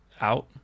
out